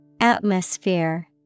Atmosphere